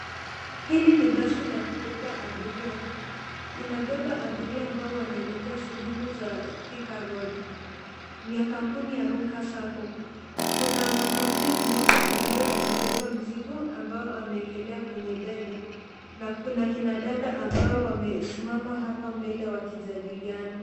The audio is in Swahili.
Hili ni basi la kubeba abiria. Inabeba abiria ambao wanaelekea sehemu za Thika Road, ni ya kampuni ya Runka SACCO. Kuna mwanaume mmoja ambaye anabeba mzigo ambao ameekelea kwenye bega na kuna kina dada ambao wamesimama hapa mbele wakijadiliana.